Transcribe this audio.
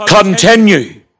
continue